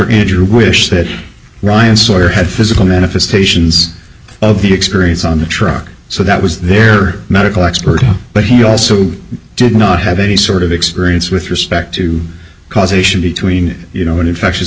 andrew wished that ryan sawyer had physical manifestations of the experience on the truck so that was their medical expert but he also did not have any sort of experience with respect to causation between you know an infectious